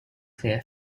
clear